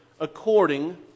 According